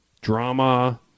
drama